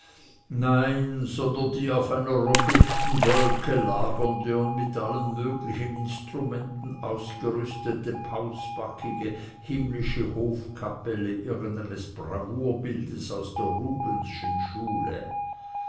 nein sondern die auf einer robusten wolke lagernde und mit allen möglichen instrumenten ausgerüstete pausbäckige himmlische hofkapelle irgendeines bravourbildes aus der rubensschen schule